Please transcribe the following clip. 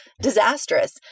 disastrous